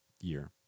year